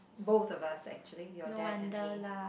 both of us actually your dad and me